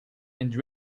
and